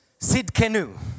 Sidkenu